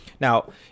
Now